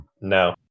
No